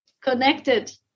connected